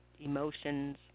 emotions